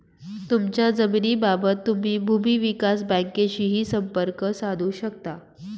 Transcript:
तुमच्या जमिनीबाबत तुम्ही भूमी विकास बँकेशीही संपर्क साधू शकता